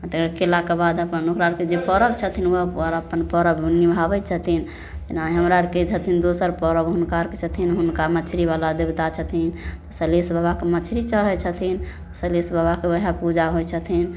ई कएलाके बाद अपन हुनका आओरके जे परब छथिन ओ परब सब निमहाबै छथिन जेना हमरा आओरके छथिन दोसर परब हुनका आओरके छथिन हुनका मछरीवला देवता छथिन सलहेस बाबाके मछरी चढ़ै छथिन सलहेस बाबाके वएह पूजा होइ छथिन